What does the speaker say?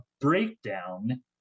breakdown